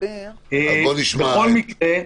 אבל בכל מקרה,